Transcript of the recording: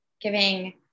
giving